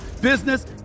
business